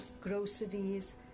groceries